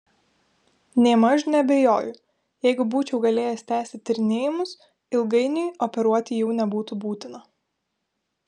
nėmaž neabejoju jeigu būčiau galėjęs tęsti tyrinėjimus ilgainiui operuoti jau nebūtų būtina